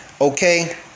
okay